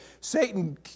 Satan